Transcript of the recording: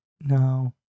No